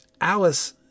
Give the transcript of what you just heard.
Alice